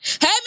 Hey